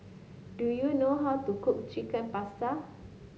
do you know how to cook Chicken Pasta